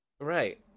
Right